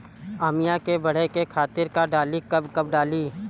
आमिया मैं बढ़े के खातिर का डाली कब कब डाली?